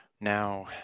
Now